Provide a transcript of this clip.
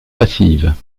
passive